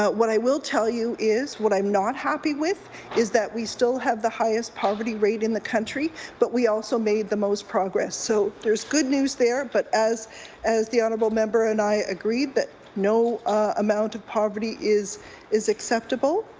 ah what i will tell you is what i'm not happy with is that we still have the highest poverty rate in the country. but we also made the most progress. so there's good news there. but as as the honourable member and i agreed, no amount of poverty is is acceptable.